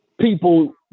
people